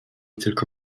tylko